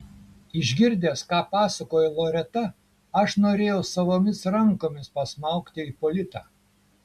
išgirdęs ką pasakojo loreta aš norėjau savomis rankomis pasmaugti ipolitą